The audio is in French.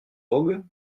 rue